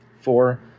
Four